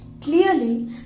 Clearly